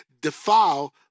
defile